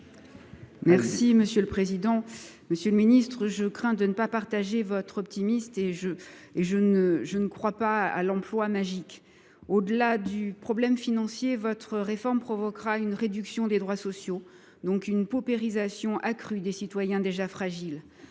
Briquet, pour la réplique. Monsieur le ministre, je crains de ne pas partager votre optimisme. Je ne crois pas à l’emploi magique. Au delà du problème financier, votre réforme provoquera une réduction des droits sociaux et la paupérisation de citoyens déjà fragiles.